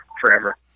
forever